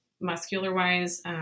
muscular-wise